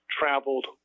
traveled